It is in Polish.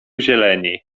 zieleni